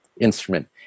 instrument